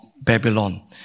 Babylon